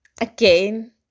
again